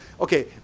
okay